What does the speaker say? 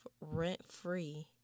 rent-free